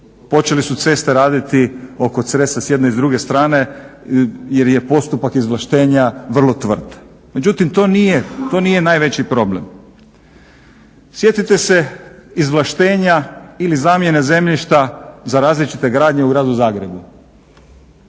počeli su ceste raditi oko Cresa s jedne i s druge strane jer je postupak izvlaštenja vrlo tvrd. Međutim to nije najveći problem. Sjetite se izvlaštenja ili zamjene zemljišta za različite gradnje u gradu Zagrebu.